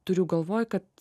turiu galvoj kad